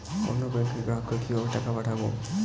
অন্য ব্যাংকের গ্রাহককে কিভাবে টাকা পাঠাবো?